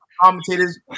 commentators